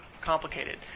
complicated